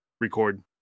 record